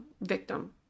victim